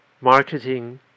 marketing